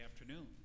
afternoon